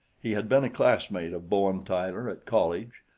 he had been a classmate of bowen tyler at college,